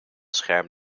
scherm